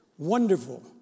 wonderful